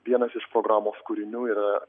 vienas iš programos kūrinių yra